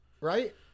Right